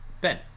Ben